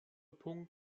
punkt